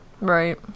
right